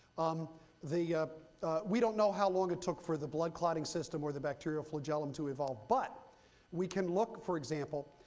um we don't know how long it took for the blood clotting system or the bacterial flagellum to evolve. but we can look, for example,